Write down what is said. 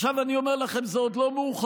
עכשיו, אני אומר לכם, זה עוד לא מאוחר.